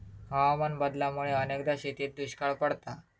हवामान बदलामुळा अनेकदा शेतीत दुष्काळ पडता